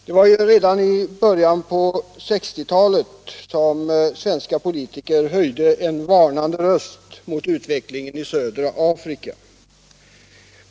Redan i början på 1960-talet höjde svenska politiker en varnande röst mot utvecklingen i södra Afrika.